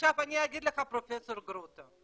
עכשיו אני אגיד לך, פרופ' גרוטו,